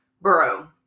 Bro